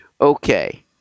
Okay